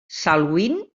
salween